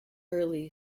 early